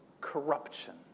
corruption